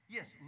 Yes